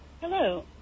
Hello